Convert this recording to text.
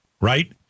right